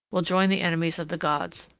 will join the enemies of the gods.